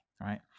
right